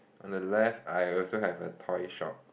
on the left I also have a toy shop